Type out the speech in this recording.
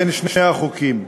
בין שני החוקים.